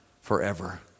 forever